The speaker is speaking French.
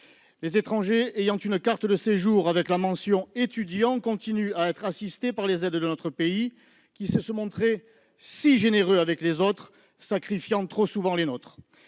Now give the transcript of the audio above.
Les étrangers ayant une carte de séjour portant la mention « étudiant » continuent à être assistés par les aides de notre pays, qui sait se montrer si généreux avec les autres, sacrifiant trop souvent les siens.